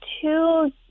two